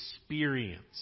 experience